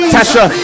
Tasha